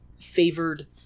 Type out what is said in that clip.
favored